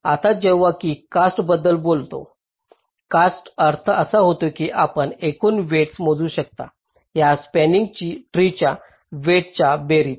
आता जेव्हा मी कॉस्ट बद्दल बोलतो कॉस्टचा अर्थ असा होतो की आपण एकूण वेईटस मोजू शकता या स्पंनिंग ट्री च्या वेईटस बेरीज